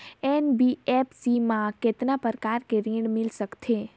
NBFC मा कतना प्रकार कर ऋण मिल सकथे?